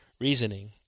reasoning